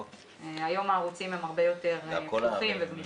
היום הערוצים הם הרבה יותר פתוחים וגמישים.